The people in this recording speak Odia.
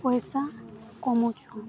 ପଇସା କମଉଛନ୍